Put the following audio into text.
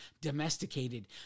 domesticated